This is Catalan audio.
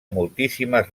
moltíssimes